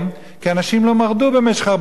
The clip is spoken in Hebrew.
כי אנשים לא מרדו במשך 40 שנה,